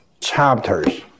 chapters